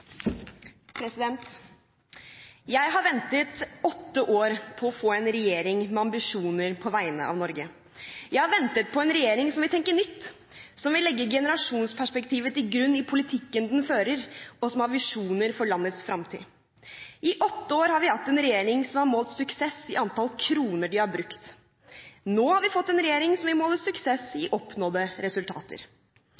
Jeg har ventet i åtte år på å få en regjering med ambisjoner på vegne av Norge. Jeg har ventet på en regjering som vil tenke nytt, som vil legge generasjonsperspektivet til grunn i politikken den fører og som har visjoner for landets fremtid. I åtte år har vi hatt en regjering som har målt suksess i antall kroner den har brukt. Nå har vi fått en regjering som vil måle suksess i